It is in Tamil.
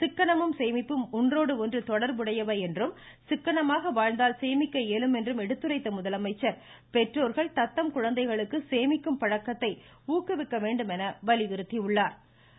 சிக்கனமும் சேமிப்பும் ஒன்றோடு ஒன்று தொடர்புடையவை என்றும் சிக்கனமாக வாழ்ந்தால் சேமிக்க இயலும் என்றும் எடுத்துரைத்த முதலமைச்சர் பெற்றோர்கள் தத்தம் குழந்தைகளுக்கு சேமிக்கும் பழக்கத்தை ஊக்குவிக்க வேண்டும் என அவர் வலியுறுத்தியுள்ளா்